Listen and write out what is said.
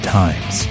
times